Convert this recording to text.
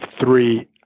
three